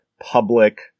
public